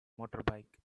motorbike